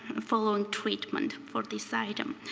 following treatment for this item.